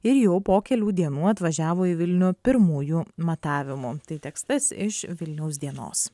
ir jau po kelių dienų atvažiavo į vilnių pirmųjų matavimų tai tekstas iš vilniaus dienos